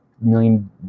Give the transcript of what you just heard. million